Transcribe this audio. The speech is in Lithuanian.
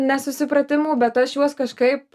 nesusipratimų bet aš juos kažkaip